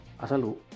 Asalu